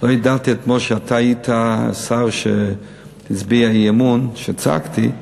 לא ידעתי אתמול שאתה היית השר שהצביע אי-אמון כשצעקתי,